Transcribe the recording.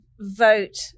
vote